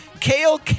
Kale